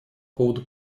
поводу